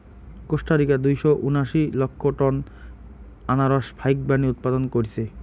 Costa Rica দুইশো উনাশি লক্ষ টন আনারস ফাইকবানী উৎপাদন কইরছে